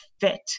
fit